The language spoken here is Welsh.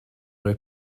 rhoi